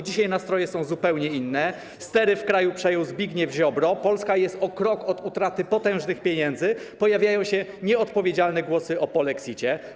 Dzisiaj nastroje są zupełnie inne, stery w kraju przejął Zbigniew Ziobro, Polska jest o krok od utraty potężnych pieniędzy, pojawiają się nieodpowiedzialne głosy o polexicie.